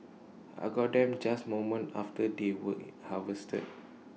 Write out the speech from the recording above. I got them just moments after they were IT harvested